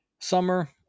summer